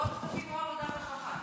זה או כספים או עבודה ורווחה.